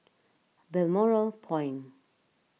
Balmoral Point